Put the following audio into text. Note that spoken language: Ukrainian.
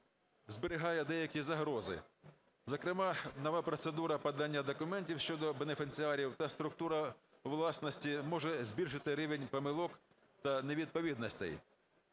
зберігає деякі загрози, зокрема нова процедура подання документів щодо бенефіціарів та структура власності може збільшити рівень помилок та невідповідностей,